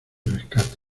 rescate